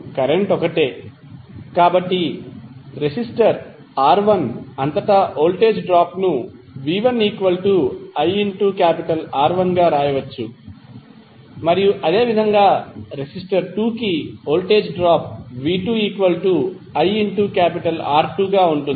ఇప్పుడు కరెంట్ ఒకటే కాబట్టి రెసిస్టర్ R1 అంతటా వోల్టేజ్ డ్రాప్ ను v1iR1 గా వ్రాయవచ్చు మరియు అదేవిధంగా రెసిస్టర్ 2 కి వోల్టేజ్ డ్రాప్ v2iR2 గా ఉంటుంది